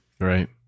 Right